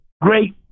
great